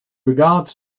regards